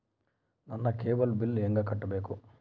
ನನ್ನ cable bill ಹೆಂಗ ಕಟ್ಟಬೇಕು?